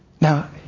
Now